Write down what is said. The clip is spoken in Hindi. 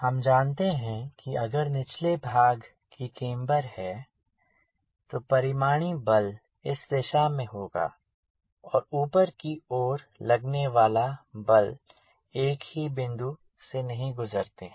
हम जानते हैं कि अगर निचले भाग की केम्बर है तो परिणामी बल इस दिशा में होगा और ऊपर की ओर लगने वाला बल एक ही बिंदु से नहीं गुजरते हैं